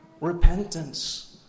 Repentance